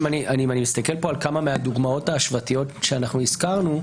אם אני מסתכל על כמה מהדוגמאות ההשוואתיות שהזכרנו,